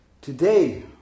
today